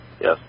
Yes